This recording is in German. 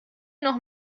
noch